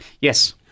Yes